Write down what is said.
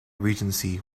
regency